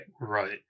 Right